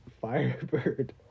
Firebird